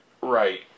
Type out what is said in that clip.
right